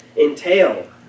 entail